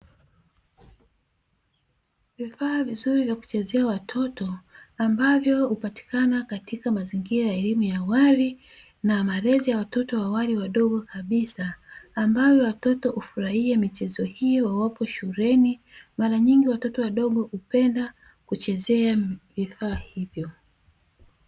Vifaa vizuri vya kuchezea watoto, ambavyo hupatikana katika mazingira ya elimu ya awali na malezi ya awali ya watoto wawapo wadogo kabisa, ambapo watoto hufurahia michezo hiyo wawapo shuleni, mara nyingi watoto wadogo hupenda kuchezea vifaa hivyo.